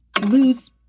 lose